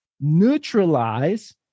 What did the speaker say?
neutralize